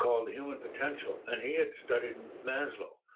called human potential and he had studied maslow,